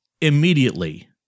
immediately